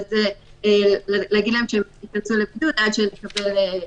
ואז להגיד להם שהם ייכנסו לבידוד עד שתתקבל תשובה.